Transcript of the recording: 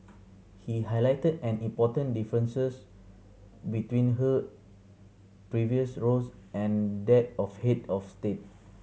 he highlighted an important differences between her previous roles and that of head of state